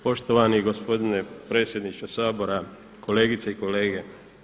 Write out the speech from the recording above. Poštovani gospodine predsjedniče Sabora, kolegice i kolege.